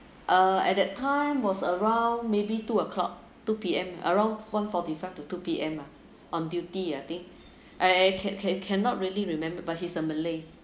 uh at that time was around maybe two o'clock two P_M around one forty five to two P_M lah on duty ah I think I can can cannot really remember but he's a malay